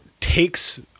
takes